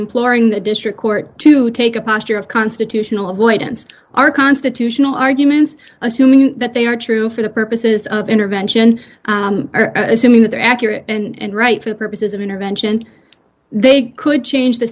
imploring the district court to take a posture of constitutional avoidance of our constitutional arguments assuming that they are true for the purposes of intervention assuming that they're accurate and right for the purposes of intervention they could change the